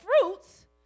fruits